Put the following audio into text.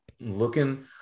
looking